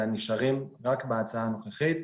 אלא הם נשארים רק בהצעה הנוכחית.